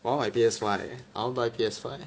我要买 P_S five